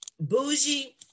bougie